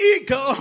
eagle